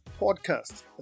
podcast